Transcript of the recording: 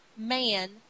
Man